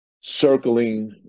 circling